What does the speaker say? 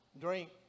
Drink